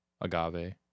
agave